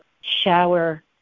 shower